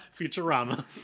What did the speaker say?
Futurama